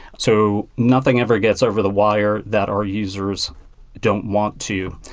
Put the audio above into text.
so, nothing ever gets over the wire that our users don't want to.